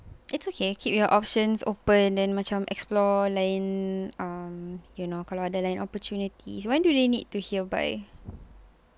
it's okay keep your options open then macam explore um you know macam lain opportunities when do they need to hear by